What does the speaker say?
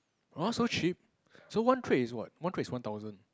orh so cheap so one trade is what one trade is one thousand